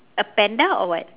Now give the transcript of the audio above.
a panda or what